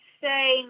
say